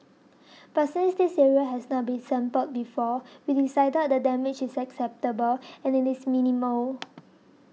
but since this area has not been sampled before we decided the damage is acceptable and it is minimal